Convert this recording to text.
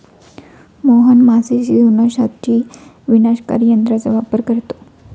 मोहन मासे शिजवण्यासाठी विनाशकारी तंत्राचा वापर करतो